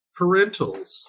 parentals